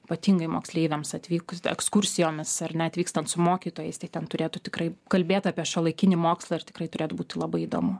ypatingai moksleiviams atvykus de ekskursijomis ar net vykstant su mokytojais tai ten turėtų tikrai kalbėt apie šiuolaikinį mokslą ir tikrai turėtų būti labai įdomu